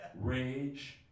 Rage